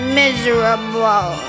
miserable